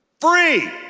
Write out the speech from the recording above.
free